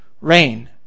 Rain